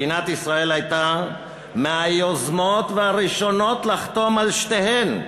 מדינת ישראל הייתה מהיוזמות ומהראשונות לחתום על שתיהן.